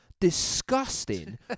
disgusting